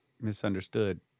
misunderstood